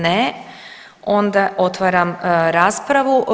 Ne, onda otvaram raspravu.